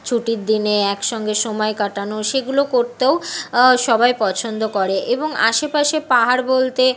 ছুটির দিনে একসঙ্গে সময় কাটানো সেগুলো করতেও সবাই পছন্দ করে এবং আশেপাশে পাহাড় বলতে